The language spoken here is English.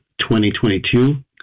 2022